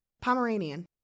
pomeranian